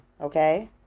okay